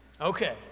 Okay